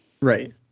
right